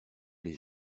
les